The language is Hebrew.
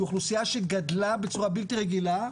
היא אוכלוסייה שגדלה בצורה בלתי רגילה,